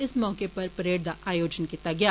इस मौके इक परेड दा बी आयोजन कीता गेआ